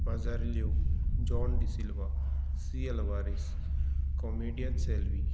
माजारिल्यो John D'Silva सी Alvares comedian Selvi